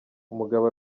umugabo